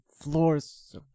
floors